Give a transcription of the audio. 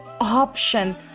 option